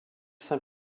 saint